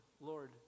Lord